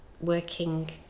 working